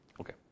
Okay